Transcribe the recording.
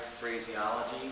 phraseology